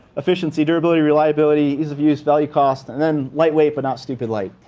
efficiency, durability, reliability, ease of use, value cost, and then lightweight, but not stupid light.